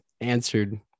answered